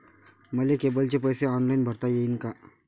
मले केबलचे पैसे ऑनलाईन भरता येईन का?